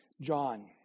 John